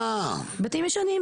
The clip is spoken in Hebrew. בתים ישנים,